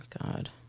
God